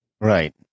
Right